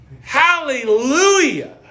Hallelujah